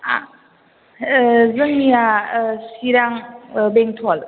जोंनिया चिरां बेंथल